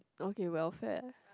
okay welfare